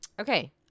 Okay